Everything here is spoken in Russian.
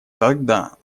тогда